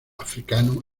africano